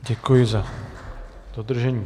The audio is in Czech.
Děkuji za dodržení.